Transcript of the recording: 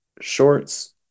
shorts